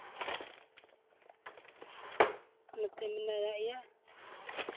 ᱱᱚᱛᱮ ᱢᱮᱱᱟᱭᱟ ᱤᱭᱟᱹ